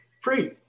Free